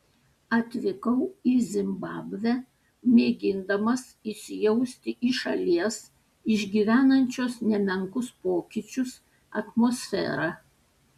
atvykau į zimbabvę mėgindamas įsijausti į šalies išgyvenančios nemenkus pokyčius atmosferą